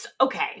Okay